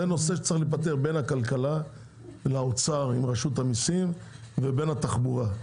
זה נושא שצריך להיפתר בין הכלכלה לאוצר עם רשות המיסים ובין התחבורה.